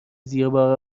زیبا